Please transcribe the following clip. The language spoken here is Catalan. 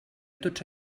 tots